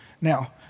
Now